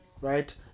right